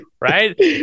Right